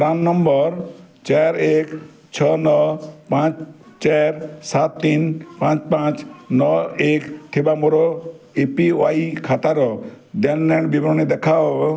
PRAN number ଚାର ଏକ ଛଅ ନଅ ପାଞ୍ଚ ଚାର ସାତ ତିନି ପାଞ୍ଚ ପାଞ୍ଚ ନଅ ଏକ ଥିବା ମୋର ଏ ପି ୱାଇ ଖାତାର ଦେଣନେଣ ବିବରଣୀ ଦେଖାଅ